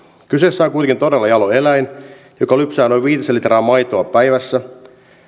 kyseessä on kuitenkin todella jalo eläin joka lypsää noin viitisen litraa maitoa päivässä